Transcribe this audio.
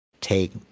take